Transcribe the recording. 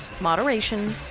moderation